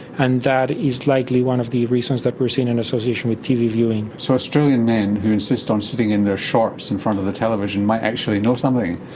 and that is likely one of the reasons that we're seeing an association with tv viewing. so australian men who insist on sitting in their shorts in front of the television might actually know something.